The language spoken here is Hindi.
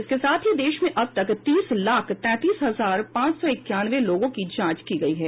इसके साथ ही देश में अब तक तीस लाख तैंतीस हजार पांच सौ इक्यानवें लोगों की जांच की गई है